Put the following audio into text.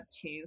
two